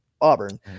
Auburn